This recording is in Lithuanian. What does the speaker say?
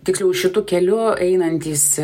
tiksliau šitu keliu einantys